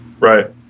Right